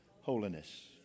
holiness